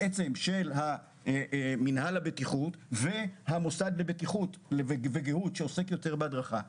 בעצם של מינהל הבטיחות ושל המוסד לבטיחות וגהות שעוסק יותר בהדרכה.